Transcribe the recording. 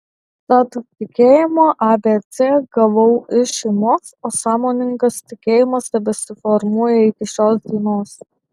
tad tikėjimo abc gavau iš šeimos o sąmoningas tikėjimas tebesiformuoja iki šios dienos